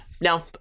no